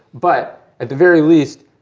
but at the very least,